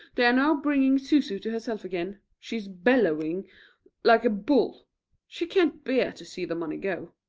they are now bringing zuzu to herself again. she is bellowing like a bull she can't bear to see the money go.